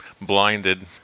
blinded